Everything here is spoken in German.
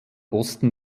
osten